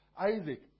Isaac